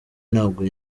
ntabwo